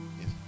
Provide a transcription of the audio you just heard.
Yes